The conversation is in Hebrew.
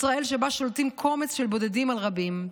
ישראל שבה שולטים קומץ של בודדים על רבים.